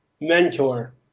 mentor